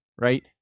right